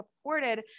supported